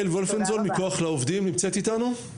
יעל וולפנזון מכוח לעובדים נמצאת איתנו?